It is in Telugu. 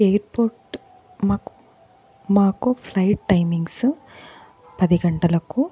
ఎయిర్పోర్ట్ మాకు మాకు ఫ్లైట్ టైమింగ్స్ పది గంటలకు